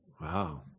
Wow